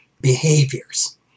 behaviors